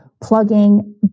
plugging